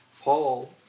Paul